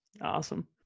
Awesome